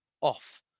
off